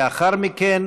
לאחר מכן